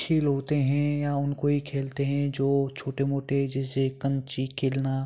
खेल होते हैं या उनको ही खेलते हैं जो छोट मोटे जैसे कंचे खेलना